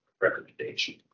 recommendation